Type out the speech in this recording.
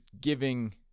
giving